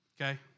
Okay